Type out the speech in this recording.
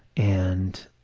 and